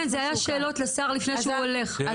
כן, זה היה שאלות לשר לפני שהוא הולך.